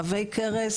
עבי כרס,